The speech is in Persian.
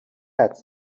حدس